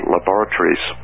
Laboratories